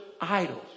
idols